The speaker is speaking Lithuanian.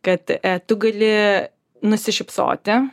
kad tu gali nusišypsoti